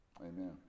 Amen